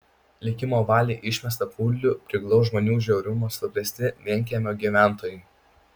likimo valiai išmestą kudlių priglaus žmonių žiaurumo sukrėsti vienkiemio gyventojai